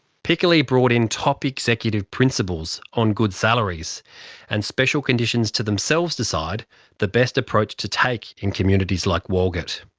piccoli brought in top executive principals on good salaries and special conditions to themselves decide the best approach to take in communities like walgett.